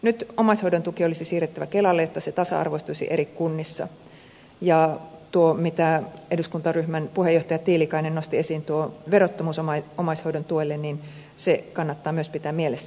nyt omaishoidon tuki olisi siirrettävä kelalle jotta se tasa arvoistuisi eri kunnissa ja tuo mitä eduskuntaryhmän puheenjohtaja tiilikainen nosti esiin tuo verottomuus omaishoidon tuelle kannattaa myös pitää mielessä